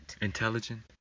Intelligent